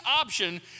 option